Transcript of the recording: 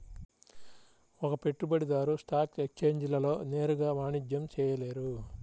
ఒక పెట్టుబడిదారు స్టాక్ ఎక్స్ఛేంజ్లలో నేరుగా వాణిజ్యం చేయలేరు